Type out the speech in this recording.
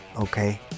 okay